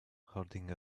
holding